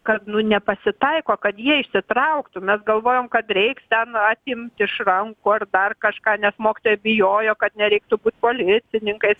kad nu nepasitaiko kad jie išsitrauktų mes galvojom kad reiks ten atimti iš rankų ar dar kažką nes mokytojai bijojo kad nereiktų būti policininkais